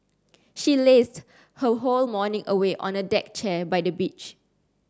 she lazed her whole morning away on a deck chair by the beach